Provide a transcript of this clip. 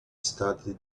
studied